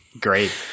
Great